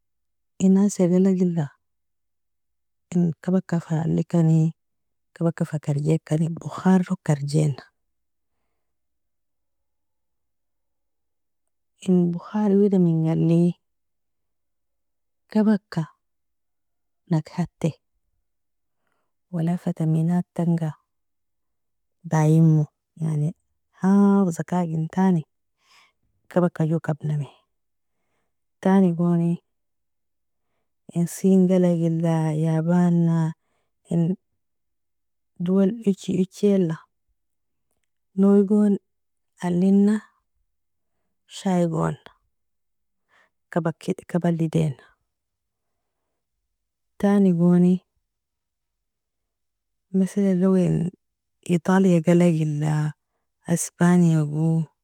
Inasaia galagila inkabaka fa alikani, kabaka fa karjekani bokharlog karjena, in bokhari wida mingali? Kabaka nakahati, wala fataminattanga baiermo, yan hafza kagintani kabaka jo kabnami, tanigoni inseen galagila, yabana, in دول eji ejiela noi gon alina shai gon kabaldina, tanigoni masalana in italia galaila, spaniago